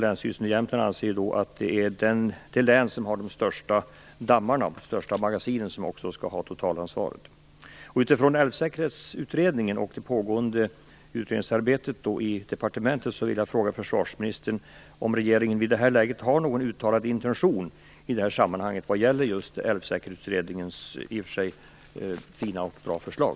Länsstyrelsen i Jämtland anser att det län som har de största dammarna och magasinen skall ha totalansvaret. Utifrån Älvsäkerhetsutredningen och det pågående utredningsarbetet i departementet vill jag fråga försvarsministern om regeringen i det här läget har någon uttalad intention vad gäller just Älvsäkerhetsutredningens i och för sig fina och bra förslag.